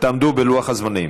תעמדו בלוח הזמנים.